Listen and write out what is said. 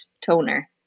toner